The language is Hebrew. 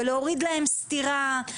ולהוריד להם סטירה,